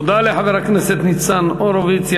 תודה לחבר הכנסת ניצן הורוביץ.